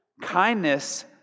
Kindness